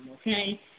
okay